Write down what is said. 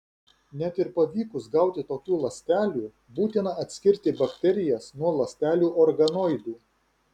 net ir pavykus gauti tokių ląstelių būtina atskirti bakterijas nuo ląstelių organoidų